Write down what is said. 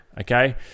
okay